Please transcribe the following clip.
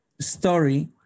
story